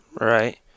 right